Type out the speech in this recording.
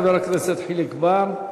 תודה לחבר הכנסת חיליק בר.